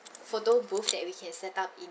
photo booth that we can set up in